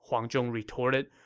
huang zhong retorted.